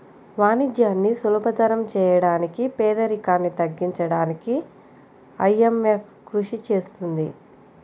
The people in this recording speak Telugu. వాణిజ్యాన్ని సులభతరం చేయడానికి పేదరికాన్ని తగ్గించడానికీ ఐఎంఎఫ్ కృషి చేస్తుంది